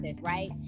right